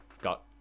got